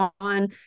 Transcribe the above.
on